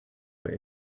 but